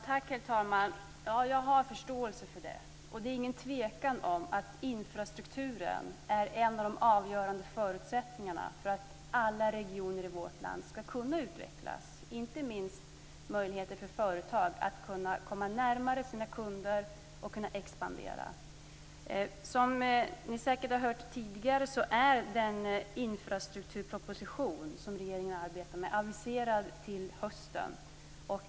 Herr talman! Jag har förståelse för det, och det är ingen tvekan om att infrastrukturen är en av de avgörande förutsättningarna för att alla regioner i vårt land ska kunna utvecklas, inte minst möjligheter för företag att komma närmare sina kunder och expandera. Som ni säkert har hört tidigare är den infrastrukturproposition som regeringen arbetar med aviserad till hösten.